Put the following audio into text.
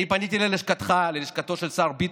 פניתי ללשכתך, ללשכתו של השר ביטון,